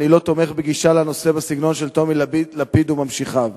ואני לא תומך בגישה לנושא בסגנון של טומי לפיד וממשיכיו.